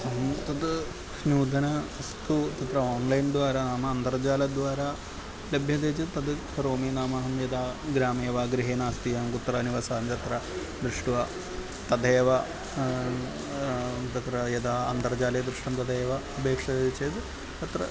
अहं तद् नूतनं वस्तु तत्र आन्लैन् द्वारा आम् अन्तर्जालद्वारा लभ्यते चेत् तद् करोमि नाम अहं यदा ग्रामे वा गृहे नास्ति अहं कुत्र निवसामि तत्र दृष्ट्वा तदेव तत्र यदा अन्तर्जाले दृष्टं तदेव अपेक्षते चेत् तत्र